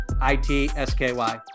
I-T-S-K-Y